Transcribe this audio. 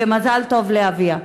ומזל טוב לאביה.